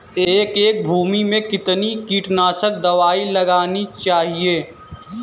एक एकड़ भूमि में कितनी कीटनाशक दबाई लगानी चाहिए?